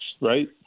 right